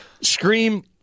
Scream